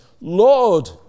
Lord